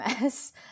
mess